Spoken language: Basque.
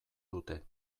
dute